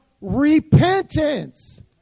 repentance